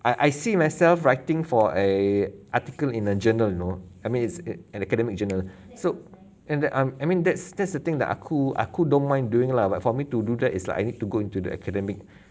I I see myself writing for a article in a journal you know I mean it's it's an academic journal so and the um I mean that's that's the thing that aku aku don't mind doing lah but for me to do that is like I need to go into the academic